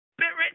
Spirit